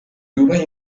yubaha